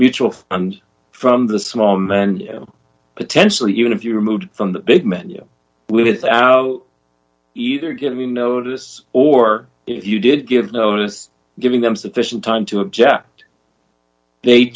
mutual fund from the small men potentially even if you removed from the big menu without either giving notice or if you did give notice giving them sufficient time to object they